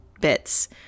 bits